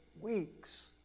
weeks